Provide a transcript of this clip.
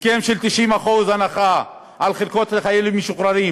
הסכם של 90% הנחה על חלקות לחיילים משוחררים